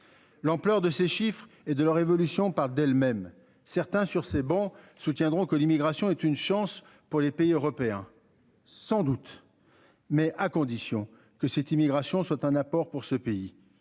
L'ampleur de ces chiffres et de la évolution parlent d'elles-mêmes certains sur ces bancs soutiendront que l'immigration est une chance pour les pays européens sans doute. Mais à condition que cette immigration soit un apport pour ce pays